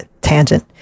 tangent